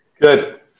Good